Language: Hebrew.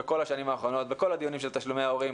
בכל השנים האחרונות בכל הדיונים של תשלומי ההורים,